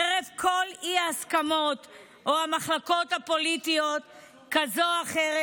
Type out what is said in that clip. חרף כל האי-הסכמות או מחלוקת פוליטית כזאת או אחרת.